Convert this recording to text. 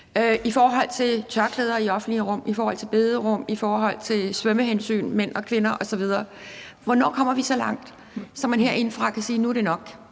i forhold til tørklæder i offentlige rum, i forhold til bederum, i forhold til svømmehensyn, mænd og kvinder osv. Hvornår kommer vi så langt, så man herindefra kan sige, at nu er det nok,